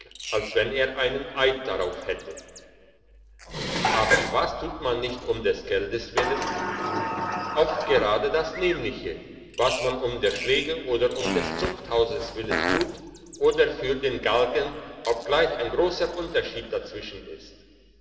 als wenn er einen eid darauf hätte aber was tut man nicht um des geldes willen oft gerade das nämliche was man um der schläge oder um des zuchthauses willen tut oder für den galgen obgleich ein grosser unterschied dazwischen ist